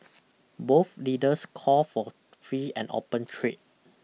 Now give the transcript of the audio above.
both leaders called for free and open trade